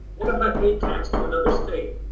what if i paid tax to another state?